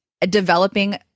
Developing